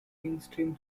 mainstream